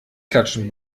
klatschen